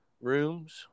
rooms